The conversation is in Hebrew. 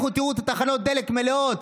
לכו, תראו את תחנות הדלק מלאות.